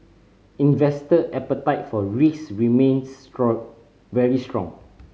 investor appetite for risk remains very strong